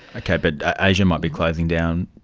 okay, but asia might be closing down,